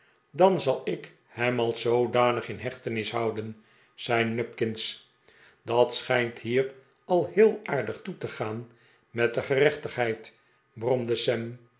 dan zal ik hem als zoodanig in hechtenis houden zei nupkins dat schijnt hier al heel aardig toe te gaan met de gerechtigheid bromde